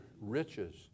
riches